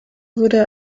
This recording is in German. wurde